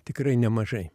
tikrai nemažai